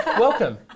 welcome